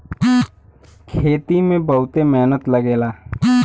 खेती में बहुते मेहनत लगेला